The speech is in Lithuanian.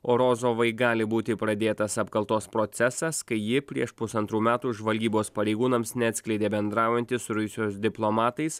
o rozovai gali būti pradėtas apkaltos procesas kai ji prieš pusantrų metų žvalgybos pareigūnams neatskleidė bendraujanti su rusijos diplomatais